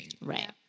Right